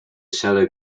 shallow